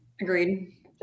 Agreed